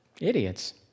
idiots